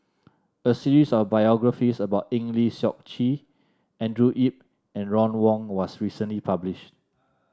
a series of biographies about Eng Lee Seok Chee Andrew Yip and Ron Wong was recently published